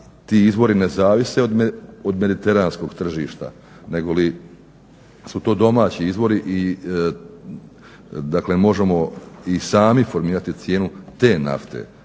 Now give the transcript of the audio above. ti izvori ne zavise od mediteranskog tržišta negoli su to domaći izvori i možemo sami formirati cijenu te nafte.